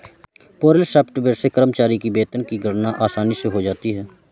payroll software से कर्मचारी के वेतन की गणना आसानी से हो जाता है